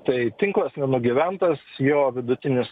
tai tinklas nenugyventas jo vidutinis